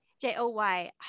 J-O-Y